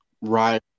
Right